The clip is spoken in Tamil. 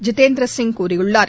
ஜிதேந்திர சிங் கூறியுள்ளார்